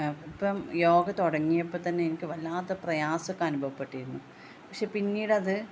ഇപ്പോള് യോഗ തുടങ്ങിയപ്പോള്ത്തന്നെ എനിക്ക് വല്ലാത്ത പ്രയാസമൊക്കെ അനുഭവപ്പെട്ടിരുന്നു പക്ഷേ പിന്നീടത്